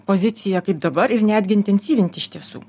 poziciją kaip dabar ir netgi intensyvinti iš tiesų